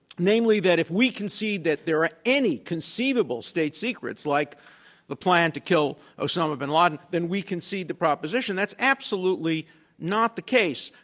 namely that if we concede that there are any conceivable state secrets like the plan to kill osama bin laden, then we can see the proposition. that's absolutely not the case.